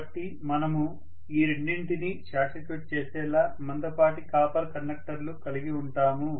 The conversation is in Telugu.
కాబట్టి మనము ఈ రెండింటిని షార్ట్ సర్క్యూట్ చేసేలా మందపాటి కాపర్ కండక్టర్లు కలిగి ఉంటాము